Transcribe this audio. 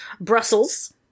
Brussels